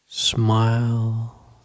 Smile